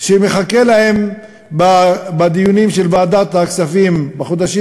שמחכה להם בדיונים של ועדת הכספים בחודשים